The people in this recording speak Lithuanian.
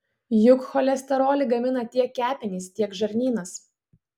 juk cholesterolį gamina tiek kepenys tiek žarnynas